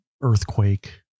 earthquake